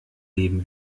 leben